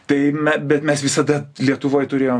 tai me bet mes visada lietuvoj turėjom